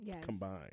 combined